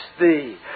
thee